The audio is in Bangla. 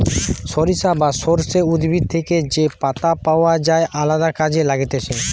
সরিষা বা সর্ষে উদ্ভিদ থেকে যে পাতা পাওয় যায় আলদা কাজে লাগতিছে